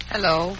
Hello